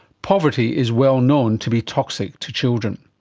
poverty is well known to be toxic to children.